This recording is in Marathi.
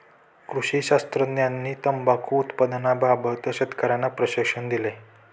कृषी शास्त्रज्ञांनी तंबाखू उत्पादनाबाबत शेतकर्यांना प्रशिक्षण दिले